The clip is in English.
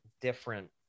different